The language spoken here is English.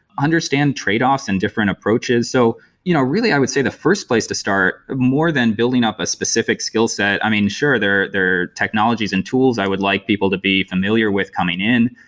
understand trade-offs in different approaches. so you know really, i would say the first place to start more than building up a specific skillset i mean, sure, there are technologies and tools i would like people to be familiar with coming in,